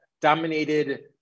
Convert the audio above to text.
dominated